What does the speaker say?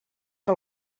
que